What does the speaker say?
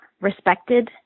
respected